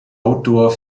outdoor